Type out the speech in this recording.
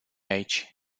aici